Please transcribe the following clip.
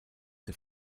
der